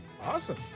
Awesome